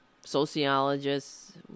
sociologists